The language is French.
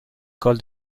col